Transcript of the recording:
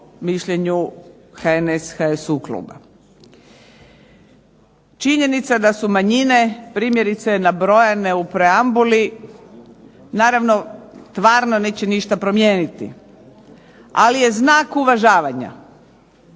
mišljenju HNS-HSU kluba. Činjenica da su manjine primjerice nabrojane u preambuli naravno tvarno neće ništa promijeniti, ali je znak uvažavanja.